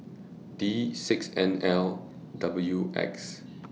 D six N L W X